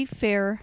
fair